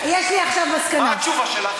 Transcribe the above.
מה התשובה שלך?